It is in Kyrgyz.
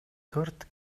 төрт